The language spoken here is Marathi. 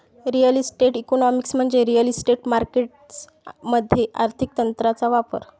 रिअल इस्टेट इकॉनॉमिक्स म्हणजे रिअल इस्टेट मार्केटस मध्ये आर्थिक तंत्रांचा वापर